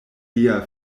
lia